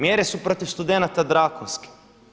Mjere su protiv studenata drakonske.